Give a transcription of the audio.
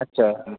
अच्छा